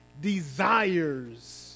desires